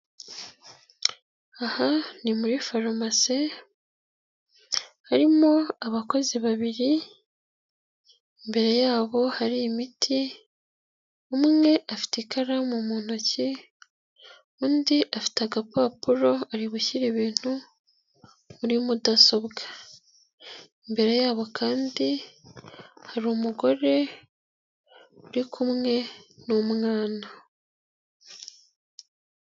Aha ni muri farumasi, harimo abakozi babiri, imbere yabo hari imiti, umwe afite ikaramu mu ntoki, undi afite agapapuro ari gushyira ibintu muri mudasobwa, imbere yabo kandi hariru umugore uri kumwe n'umwana.